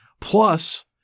Plus